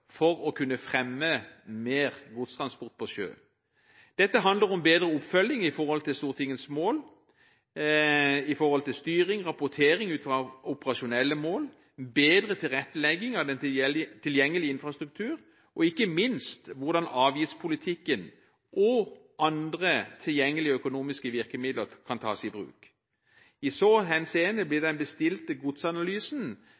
for å kunne fremme mer godstransport på sjø. Dette handler om bedre oppfølging av Stortingets mål, styring og rapportering ut ifra operasjonelle mål, bedre tilrettelegging av den tilgjengelige infrastrukturen og ikke minst hvordan avgiftspolitikken og andre tilgjengelige økonomiske virkemidler kan tas i bruk. I så henseende blir